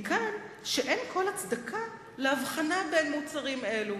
מכאן שאין כל הצדקה להבחנה בין מוצרים אלה".